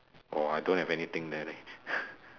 orh I don't have anything there leh